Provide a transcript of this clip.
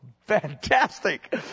fantastic